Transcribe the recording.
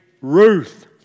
Ruth